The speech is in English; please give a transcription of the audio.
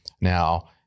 Now